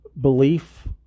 belief